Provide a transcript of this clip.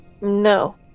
No